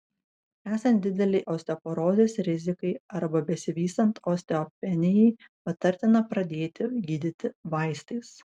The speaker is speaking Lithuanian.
esant didelei osteoporozės rizikai arba besivystant osteopenijai patartina pradėti gydyti vaistais